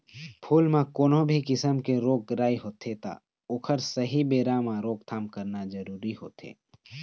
फूल म कोनो भी किसम के रोग राई होगे त ओखर सहीं बेरा म रोकथाम करना जरूरी होथे